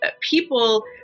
people